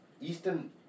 Eastern